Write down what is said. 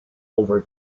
over